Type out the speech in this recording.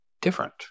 different